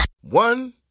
One